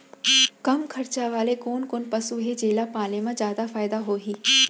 कम खरचा वाले कोन कोन पसु हे जेला पाले म जादा फायदा होही?